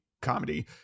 comedy